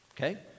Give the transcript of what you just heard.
okay